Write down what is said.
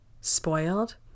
spoiled